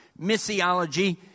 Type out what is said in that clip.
Missiology